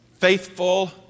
faithful